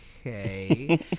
okay